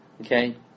Okay